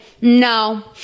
no